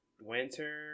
winter